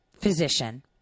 physician